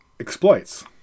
exploits